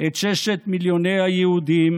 את ששת מיליוני היהודים,